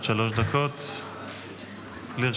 עד שלוש דקות לרשותך.